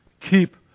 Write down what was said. keep